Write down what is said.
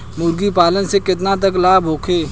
मुर्गी पालन से केतना तक लाभ होखे?